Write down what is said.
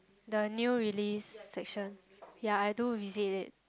the new release section ya I do visit it